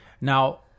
Now